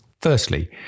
Firstly